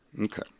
Okay